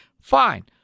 fine